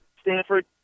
Stanford